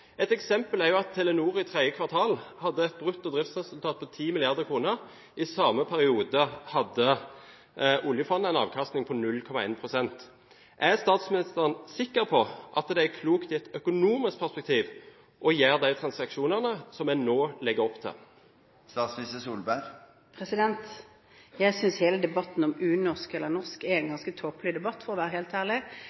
Et eksempel er at Telenor i tredje kvartal hadde et brutto driftsresultat på 10 mrd. kr. I samme periode hadde oljefondet en avkastning på 0,1 pst. Er statsministeren sikker på at det er klokt i et økonomisk perspektiv å gjøre de transaksjonene som en nå legger opp til? Jeg synes hele debatten om unorsk eller norsk er en